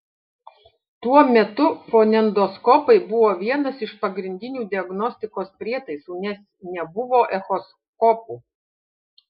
tuo metu fonendoskopai buvo vienas iš pagrindinių diagnostikos prietaisų nes nebuvo echoskopų